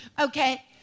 okay